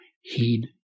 Heed